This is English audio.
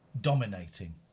dominating